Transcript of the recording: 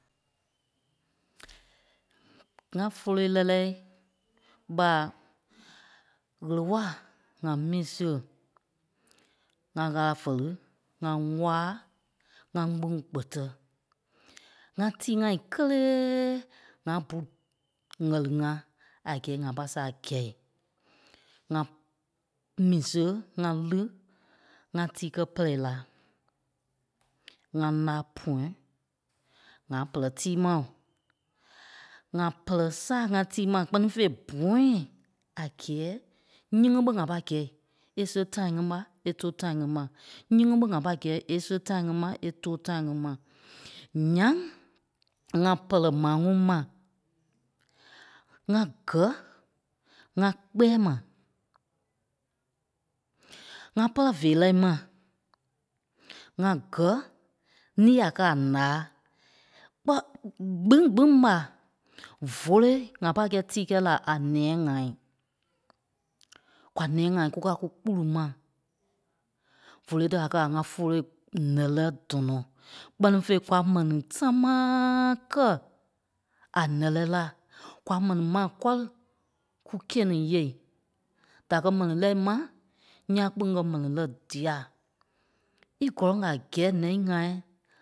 ŋa voloi lɛ́lɛɛ ɓa ɣele waa ŋa mi sia, ŋa Ɣâla fɛli, ŋa waa, ŋa kpîŋ kpɛtɛ. ŋa tíi ŋai kélee ŋa bu ɣɛli-ŋa, a gɛɛ ŋa pâi saa gɛi. ŋa mi sia ŋ́a li, ŋa tíi kɛ́ pɛrɛ la, ŋa láa pɔ̃yɛ ŋa pɛlɛ tíi maa. ŋa pɛ́lɛ saa ŋai tíi mai kpɛ́ni fêi pɔ̃yɛɛ a gɛɛ nyíŋi ɓé ŋa pâi gɛi è sia time ŋí mai e too time ŋí mai. Nyíŋi ɓe ŋa pâi gɛi è sia time ŋí mai è too time ŋí mai. Ńyaŋ ŋa pɛlɛ maa ŋuŋ mai ŋá gɛ ŋa kpɛɛ mai ŋa pɛ́lɛ feerɛ mai. ŋa gɛ lîi a kɛ́ a laa kpɔ́ gbîŋ gbîŋ mai. Vóloi ŋa pâi kɛ̂i tíi kɛ̂i la a nîa-ŋa, kwa nîa-ŋa kúka kúkpulu mai. Vóloi tí a kɛ́ a ŋa voloi lɛ́lɛ dɔnɔ kpɛ́ni fêi fá mɛni támaa-aa kɛ́ a lɛ́lɛɛ la. Kwa mɛni mai kɔri kukia-ní nyeei. Da kɛ̀ mɛni lɛ́ mai nyaŋ kpîŋ ŋa mɛni lɛ́ dia. Í gɔlɔŋ a gɛɛ nîa-ŋa